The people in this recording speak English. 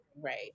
right